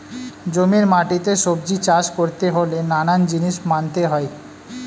জমির মাটিতে সবজি চাষ করতে হলে নানান জিনিস মানতে হয়